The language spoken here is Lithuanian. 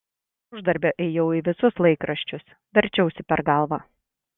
uždarbio ėjau į visus laikraščius verčiausi per galvą